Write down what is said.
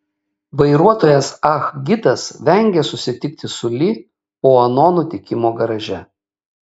vairuotojas ah gitas vengė susitikti su li po ano nutikimo garaže